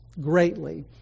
greatly